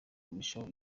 kurushaho